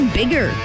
bigger